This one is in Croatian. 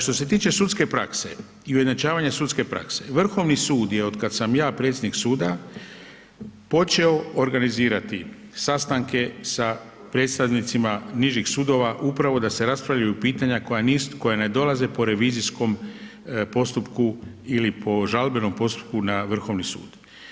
Što se tiče sudske prakse i ujednačavanja sudske prakse Vrhovni sud je otkad sam ja predsjednik suda počeo organizirati sastanke sa predstavnicima nižih sudova upravo da se raspravljaju pitanja koja ne dolaze po revizijskom postupku ili po žalbenom postupku na Vrhovni sud.